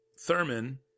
Thurman